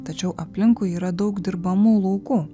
tačiau aplinkui yra daug dirbamų laukų